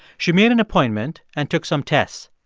she made an appointment and took some tests.